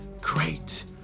great